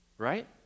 Right